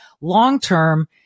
Long-term